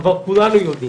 אבל כולנו יודעים